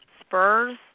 spurs